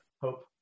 hope